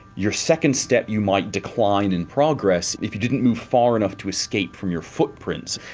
your second step you might decline in progress if you didn't move far enough to escape from your footprints.